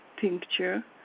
tincture